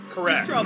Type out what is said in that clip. Correct